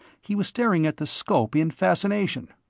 he was staring at the scope in fascination.